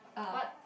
what